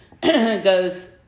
goes